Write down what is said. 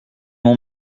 mon